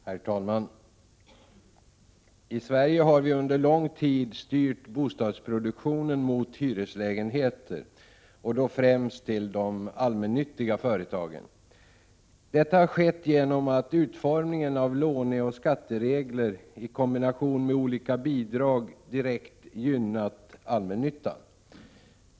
Herr talman! I Sverige har vi under lång tid styrt bostadsproduktionen mot hyreslägenheter, främst till de allmännyttiga företagen. Detta har skett genom att utformningen av låneoch skatteregler i kombination med olika bidrag direkt gynnat allmännyttan.